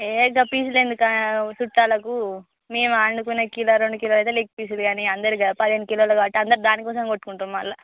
ఏ గా పీసులు ఎందుకు చూట్టాలకు మేము వండుకునే కిలో రెండు కిలో అయితే లెగ్ పీసులు కానీ అందరికి పదిహేను కిలోలు కొడితే అందరు దాని కోసం కొట్టుకుంటారు మరల